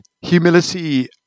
humility